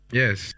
yes